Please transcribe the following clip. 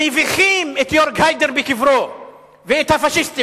מביכים את יורג היידר בקברו ואת הפאשיסטים,